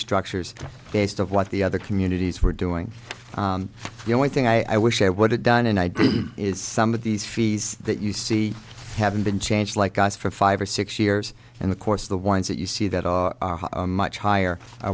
structures based of what the other communities were doing the only thing i wish i would have done and i do is some of these fees that you see haven't been changed like us for five or six years and of course the ones that you see that are much higher i